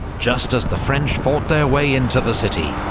just as the french fought their way into the city,